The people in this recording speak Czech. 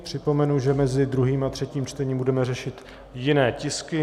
Připomenu, že mezi druhým a třetím čtením budeme řešit jiné tisky.